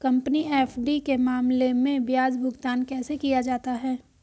Company FD के मामले में ब्याज भुगतान कैसे किया जाता है?